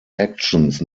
actions